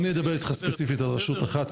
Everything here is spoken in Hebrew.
אני אדבר איתך ספציפית על רשות אחת,